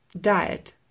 diet